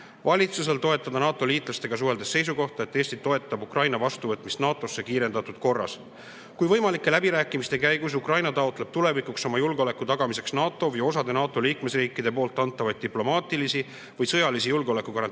Valitsusel tuleks NATO-liitlastega suheldes toetada seisukohta, et Eesti toetab Ukraina vastuvõtmist NATO‑sse kiirendatud korras. Kui võimalike läbirääkimiste käigus Ukraina taotleb tulevikuks oma julgeoleku tagamiseks NATO või osa NATO liikmesriikide antavaid diplomaatilisi või sõjalise julgeoleku garantiisid,